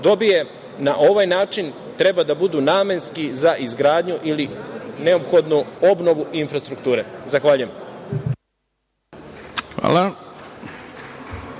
dobiju na ovaj način treba da budu namenski za izgradnju ili neophodnu obnovu infrastrukture. Zahvaljujem. **Ivica